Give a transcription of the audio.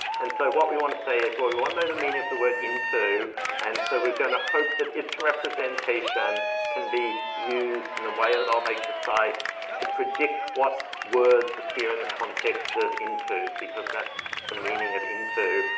and so what we want to say is well, we want to know the meaning of the word into and so we're going to hope that its representation can be used in a way that'll make precise to predict what words appear in the context of into because that's the meaning of into.